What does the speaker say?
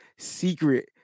Secret